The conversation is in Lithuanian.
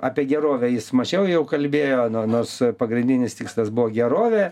apie gerovę jis mažiau jau kalbėjo nors pagrindinis tikslas buvo gerovė